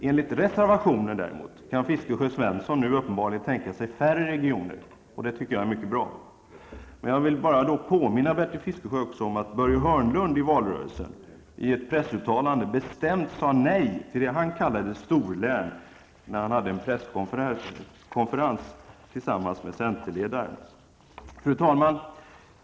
Enligt reservationen däremot kan herrar Fiskesjö och Svensson nu uppenbarligen tänka sig färre regioner, och det tycker jag är bra. Men jag vill då bara påminna Bertil Fiskesjö om att Börje Hörnlund under valrörelsen, när han hade en presskonferens tillsammans med centerledaren, bestämt sade nej till vad han kallade storlän. Fru talman!